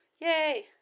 Yay